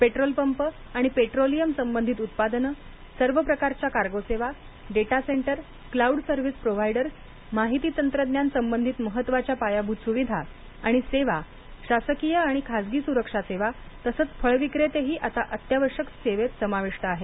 petrol pump आणि petroleum संबंधित उत्पादनं सर्व प्रकारच्या कार्गो सेवा data centre cloud service providers माहिती तंत्रज्ञान सबंधित महत्वाच्या पायाभूत सुविधा आणि सेवा शासकीय आणि खासगी सुरक्षा सेवा तसंच फळविक्रेतही आता अत्यावश्यक सेवेत समाविष्ट आहेत